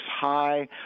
high